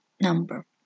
number